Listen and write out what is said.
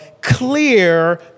clear